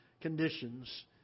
conditions